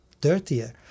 dirtier